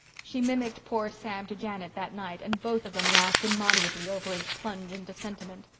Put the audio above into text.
she mimicked poor sam to janet that night, and both of them laughed immoderately over his plunge into sentiment.